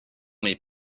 mes